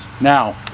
Now